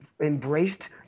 embraced